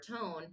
tone –